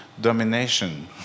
domination